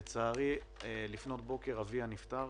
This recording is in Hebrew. לצערי, לפנות בוקר אביה נפטר